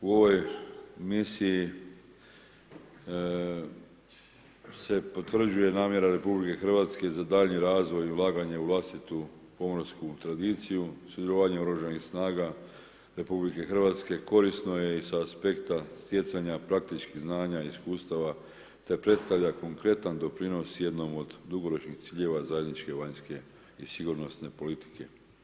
U ovoj misiji se potvrđuje namjera RH za daljnji razvoj i ulaganje u vlastitu pomorsku tradiciju sudjelovanjem oružanih snaga RH korisno je i sa aspekta stjecanja praktičkih znanja i iskustava te predstavlja konkretan doprinos jednom od dugoročnih ciljeva zajedničke vanjske i sigurnosne politike.